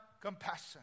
compassion